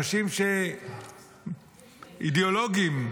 באנשים אידיאולוגיים,